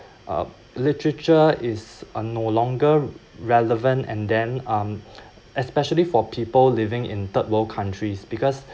uh literature is uh no longer relevant and then um especially for people living in third world countries because